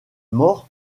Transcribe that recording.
mort